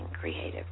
creative